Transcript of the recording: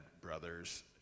brothers